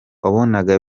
wabonaga